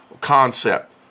concept